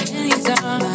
Anytime